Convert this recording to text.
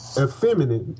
effeminate